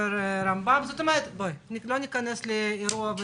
לא נכנס לכל אירוע.